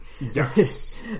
Yes